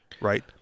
right